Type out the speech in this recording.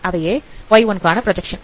அவையே Y1 கான projection